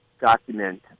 document